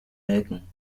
melken